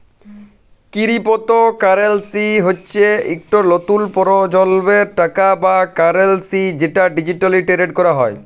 crypto currency হচ্যে ইকট লতুল পরজলমের টাকা বা কারেলসি যেট ডিজিটালি টেরেড ক্যরা হয়